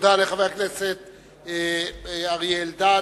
תודה לחבר הכנסת אריה אלדד.